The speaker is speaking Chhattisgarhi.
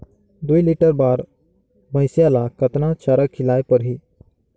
दुई लीटर बार भइंसिया ला कतना चारा खिलाय परही?